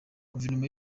guverinoma